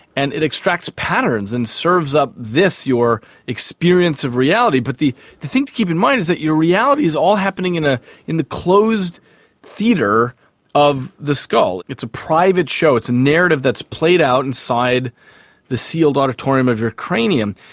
and it extracts patterns and serves up this, your experience of reality. but the the thing to keep in mind is that your reality is all happening in ah in the closed theatre of the skull. it's a private show, it's a narrative that is played out inside the sealed auditorium of your cranium.